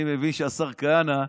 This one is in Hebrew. אני מבין, השר כהנא,